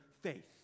faith